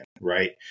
right